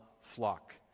flock